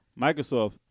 Microsoft